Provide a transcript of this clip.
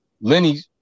Lenny